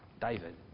David